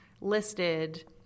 listed